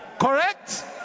Correct